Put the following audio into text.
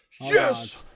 Yes